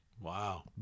Wow